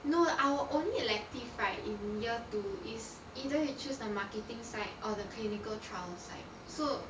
no our only elective right in year two is either you choose the marketing side or the clinical trials side so